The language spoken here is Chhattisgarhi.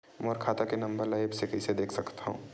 मोर खाता के नंबर ल एप्प से कइसे देख सकत हव?